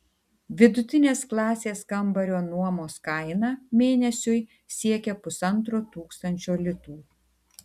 vidutinės klasės kambario nuomos kaina mėnesiui siekia pusantro tūkstančio litų